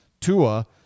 Tua